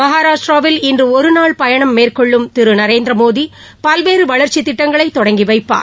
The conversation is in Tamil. மகாராஷ்டிராவில் இன்று ஒருநாள் பயணம் மேற்கொள்ளும் திரு மோடி பல்வேறு வளா்ச்சித் திட்டங்களை தொடங்கி வைப்பார்